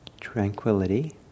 tranquility